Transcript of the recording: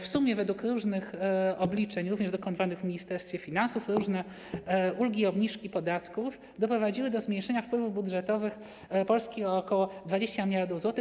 W sumie według różnych obliczeń, również dokonywanych w Ministerstwie Finansów, różne ulgi i obniżki podatków doprowadziły do zmniejszenia wpływów budżetowych Polski o ok. 20 mld zł.